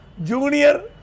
Junior